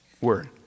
word